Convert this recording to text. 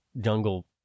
jungle